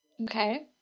Okay